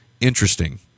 interesting